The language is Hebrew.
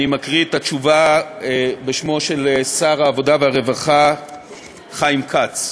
אני מקריא את התשובה בשמו של שר העבודה והרווחה חיים כץ: